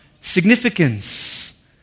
significance